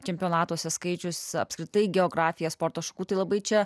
čempionatuose skaičius apskritai geografija sporto šakų tai labai čia